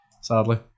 sadly